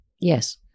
Yes